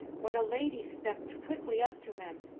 when a lady stepped quickly up to him,